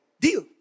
deal